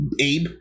Abe